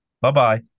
Bye-bye